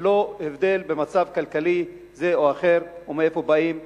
ללא הבדל של מצב כלכלי זה או אחר ומאיפה באים.